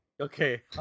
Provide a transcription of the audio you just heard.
Okay